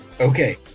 Okay